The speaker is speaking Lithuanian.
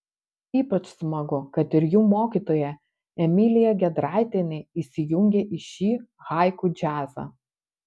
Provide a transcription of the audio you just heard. ypač smagu kad ir jų mokytoja emilija gedraitienė įsijungė į šį haiku džiazą